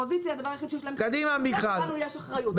קדימה מיכל.